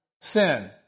sin